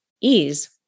ease